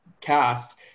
cast